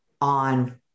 on